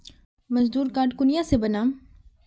मजदूर कार्ड कुनियाँ से बनाम?